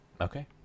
Okay